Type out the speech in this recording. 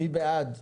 מי בעד?